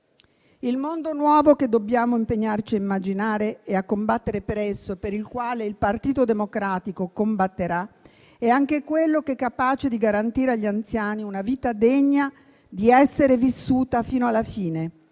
Il mondo nuovo che dobbiamo impegnarci a immaginare, per il quale il Partito Democratico combatterà, è anche quello che è capace di garantire agli anziani una vita degna di essere vissuta fino alla fine,